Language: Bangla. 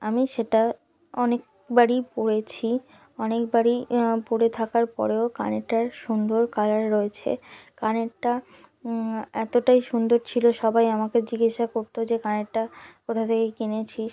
আমি সেটা অনেক বারই পরেছি অনেক বারই পরে থাকার পরেও কানেরটার সুন্দর কালার রয়েছে কানেরটা এতটাই সুন্দর ছিল সবাই আমাকে জিজ্ঞাসা করতো যে কানেরটা কোথা থেকে কিনেছিস